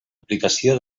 aplicació